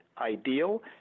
ideal